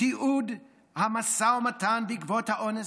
תיעוד המשא ומתן בעקבות האונס,